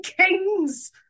kings